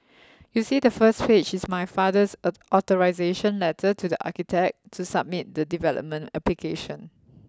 you see the first page is my father's authorisation letter to the architect to submit the development application